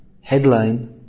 headline